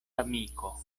amiko